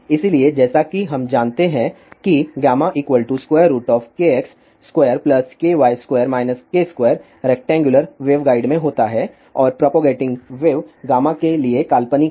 इसलिए जैसा कि हम जानते हैं कि γkx2ky2 k2 रेक्टेंगुलर वेवगाइड में होता है और प्रोपगेटिंग वेव गामा के लिए काल्पनिक है